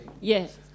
Yes